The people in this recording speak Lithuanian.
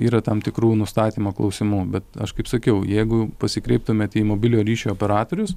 yra tam tikrų nustatymo klausimų bet aš kaip sakiau jeigu pasikreiptumėt į mobiliojo ryšio operatorius